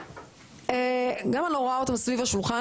את היית שם בשבילנו.